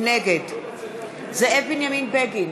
נגד זאב בנימין בגין,